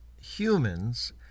humans